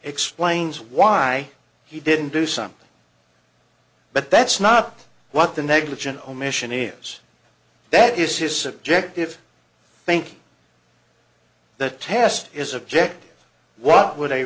explains why he didn't do something but that's not what the negligent omission is that is his subjective thank the test is objective what would a